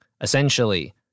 Essentially